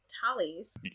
Tallies